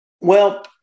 Well-